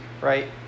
right